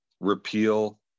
repeal